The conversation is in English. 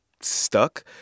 stuck